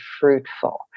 fruitful